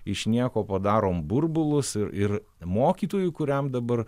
iš nieko padarom burbulus ir ir mokytojui kuriam dabar